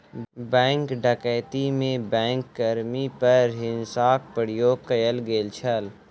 bank डकैती में bank कर्मी पर हिंसाक प्रयोग कयल गेल छल